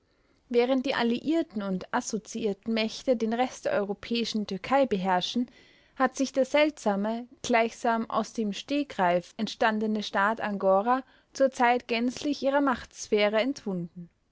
während die alliierten und assoziierten mächte den rest der europäischen türkei beherrschen hat sich der seltsame gleichsam aus dem stegreif entstandene staat angora zurzeit gänzlich ihrer machtsphäre entwunden